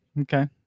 Okay